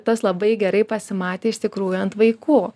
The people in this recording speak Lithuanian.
tas labai gerai pasimatė iš tikrųjų ant vaikų